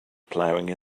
plowing